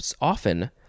often